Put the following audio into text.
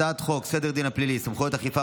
הצעת חוק סדר הדין הפלילי (סמכויות אכיפה,